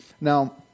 Now